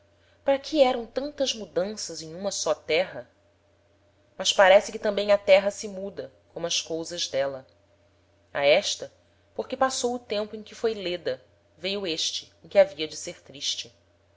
para que eram tantas mudanças em uma só terra mas parece que tambem a terra se muda como as cousas d'éla a esta porque passou o tempo em que foi leda veio este em que havia de ser triste